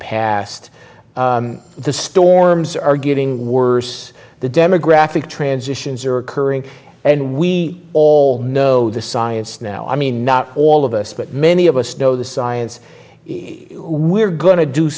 past the storms are getting worse the demographic transitions are occurring and we all know the science now i mean not all of us but many of us know the science we're go